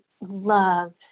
love